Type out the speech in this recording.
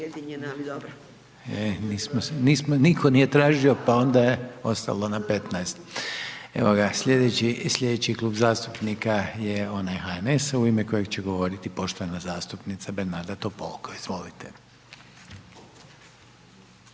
nitko nije tražio, pa onda je ostalo na 15. Evo ga, slijedeći Klub zastupnika je onaj HNS-a u ime kojeg će govoriti poštovana zastupnica Bernarda Topolko,